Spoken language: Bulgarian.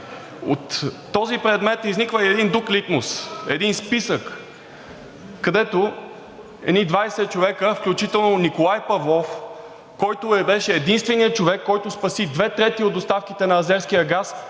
От този предмет изниква и друг „литмус“ – един списък, където едни 20 човека, включително Николай Павлов, който беше единственият човек, който спаси две трети от доставките на азерския газ,